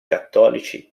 cattolici